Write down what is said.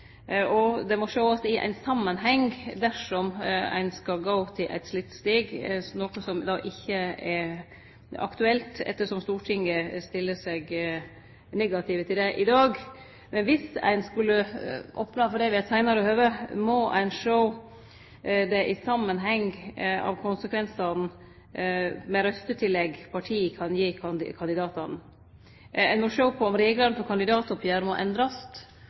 og at det må sjåast i ein samanheng dersom ein skal gå til eit slikt steg, noko som då ikkje er aktuelt, ettersom Stortinget stiller seg negativ til det i dag. Men om ein skulle opne for det ved eit seinare høve, må ein sjå det i samanheng med konsekvensane av røystetillegg partiet kan gi kandidatane. Ein må sjå på om reglane for kandidatoppgjeret må endrast,